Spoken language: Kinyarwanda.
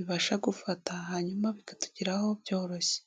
ibasha gufata hanyuma bikatugeraho byoroshye.